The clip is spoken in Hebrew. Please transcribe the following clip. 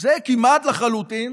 זהה כמעט לחלוטין,